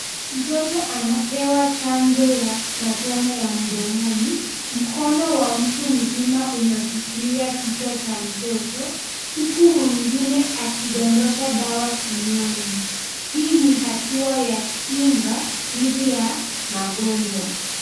Mtoto anapewa chanjo ya matone ya mdomoni Mkono wa mtu mzima unashikilia kichwa cha mtoto huku mwingine akidodosha dawa kinywani. Hii ni hatua ya kinga dhidi ya magonjwa.